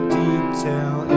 detail